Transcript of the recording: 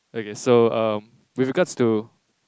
okay so um with regards to